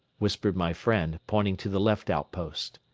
whispered my friend, pointing to the left outpost.